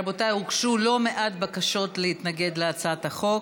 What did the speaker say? רבותיי, הוגשו לא מעט בקשות להתנגד להצעת החוק,